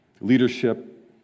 leadership